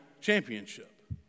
championship